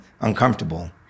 uncomfortable